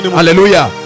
hallelujah